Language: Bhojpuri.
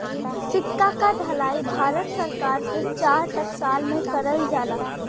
सिक्का क ढलाई भारत सरकार के चार टकसाल में करल जाला